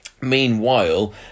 Meanwhile